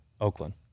oakland